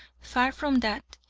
far from that.